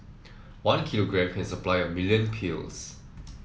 one kilogram can supply a million pills